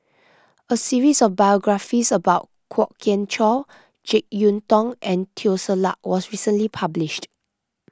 a series of biographies about Kwok Kian Chow Jek Yeun Thong and Teo Ser Luck was recently published